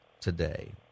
today